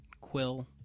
quill